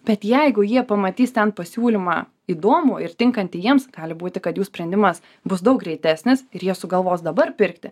bet jeigu jie pamatys ten pasiūlymą įdomų ir tinkantį jiems gali būti kad jų sprendimas bus daug greitesnis ir jie sugalvos dabar pirkti